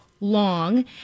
long